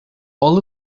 all